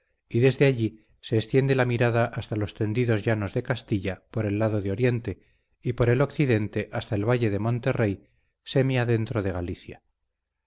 se extiende la mirada hasta los tendidos llanos de castilla por el lado de oriente y por el occidente hasta el valle de monterrey semiadentro de galicia